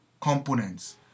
components